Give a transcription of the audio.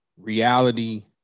reality